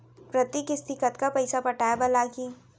प्रति किस्ती कतका पइसा पटाये बर लागही?